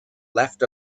left